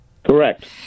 Correct